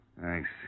Thanks